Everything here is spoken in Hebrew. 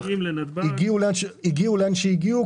הגיעו לאן שהגיעו,